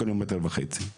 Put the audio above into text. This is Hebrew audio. ממילא הישוב הזה